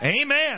Amen